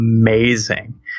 amazing